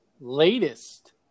latest